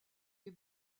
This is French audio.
des